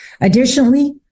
Additionally